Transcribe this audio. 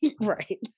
right